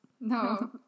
No